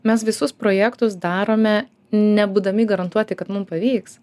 mes visus projektus darome nebūdami garantuoti kad mum pavyks